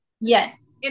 Yes